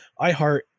iHeart